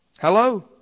Hello